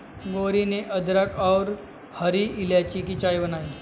गौरी ने अदरक और हरी इलायची की चाय बनाई